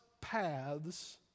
paths